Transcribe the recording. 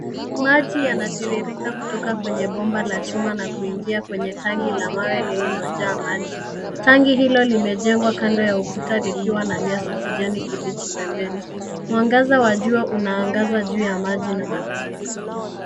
Maji yanatiririka kutoka kwenye bomba la chuma na kuingia kwenye tangi la mawe lililojaa maji, tangi hilo limejengwa kando ya ukuta likiwa na nyasi kijani kibichi pembeni. Mwangaza wa jua unaangaza juu ya maji na mazingira.